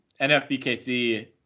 NFBKC